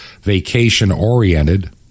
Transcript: vacation-oriented